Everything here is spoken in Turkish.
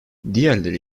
diğerleri